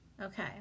Okay